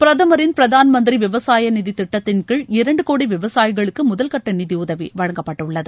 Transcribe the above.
பிரதமரின் பிரதான் மந்திரி விவசாய நிதித் திட்டத்தின்கீழ் இரண்டு கோடி விவசாயிகளுக்கு முதல்கட்ட நிதியுதவி வழங்கப்பட்டுள்ளது